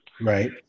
Right